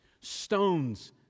stones